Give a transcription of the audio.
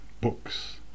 books